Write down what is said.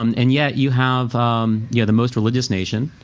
um and yet you have yeah the most religious nation.